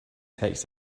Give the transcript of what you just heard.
text